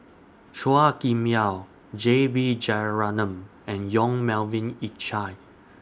Chua Kim Yeow J B Jeyaretnam and Yong Melvin Yik Chye